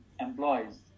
employees